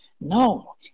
No